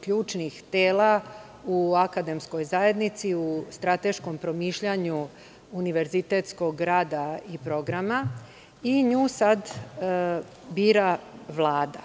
ključnih tela u akademskoj zajednici, u strateškom promišljanju univerzitetskog rada i programa i nju sad bira Vlada.